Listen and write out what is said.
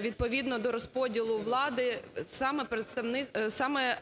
відповідно до розподілу влади саме